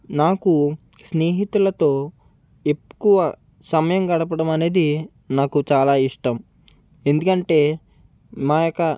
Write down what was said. నాకు స్నేహితులతో ఎక్కువ సమయం గడపడం అనేది నాకు చాలా ఇష్టం ఎందుకంటే మా యొక్క